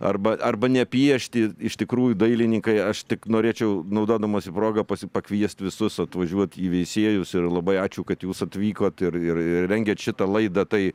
arba arba nepiešti iš tikrųjų dailininkai aš tik norėčiau naudodamasi proga pasi pakviest visus atvažiuot į veisiejus ir labai ačiū kad jūs atvykot ir ir rengiate šitą laidą tai